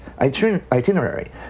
itinerary